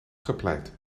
gepleit